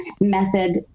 method